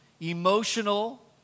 emotional